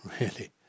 Really